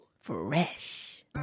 Fresh